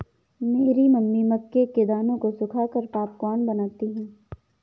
मेरी मम्मी मक्के के दानों को सुखाकर पॉपकॉर्न बनाती हैं